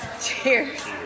Cheers